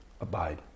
Abide